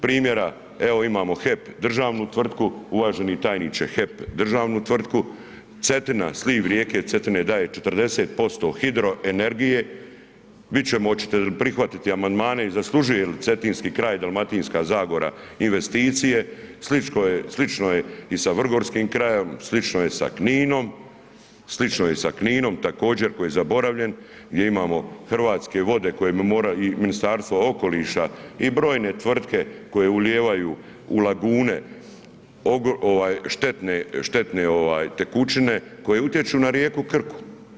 Primjera, evo imamo HEP, državnu tvrtku, uvaženi tajniče, HEP, državnu tvrtku, Cetina, sliv rijeke Cetine daje 40% hidroenergije, vidit ćemo hoćete li prihvatiti amandmane i zaslužuje li cetinski kraj, Dalmatinska zagora investicije, slično je i sa vrgorskim krajem, slično je sa Kninom, slično je sa Kninom također, koji je zaboravljen gdje imamo Hrvatske vode kojima mora i Ministarstvo okoliša i brojne tvrtke koje ulijevaju u lagune štetne tekućine koje utječu na rijeku Krku.